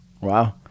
Wow